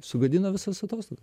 sugadino visas atostogas